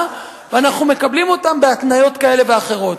ואנחנו מקבלים אותם בהתניות כאלה ואחרות.